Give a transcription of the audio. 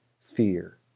fear